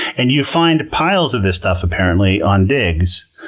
and you find piles of this stuff, apparently, on digs,